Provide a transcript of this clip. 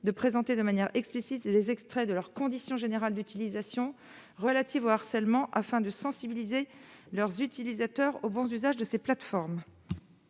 de présenter de manière explicite les extraits de leurs conditions générales d'utilisation relatives au harcèlement afin de sensibiliser leurs utilisateurs au bon usage de ces plateformes.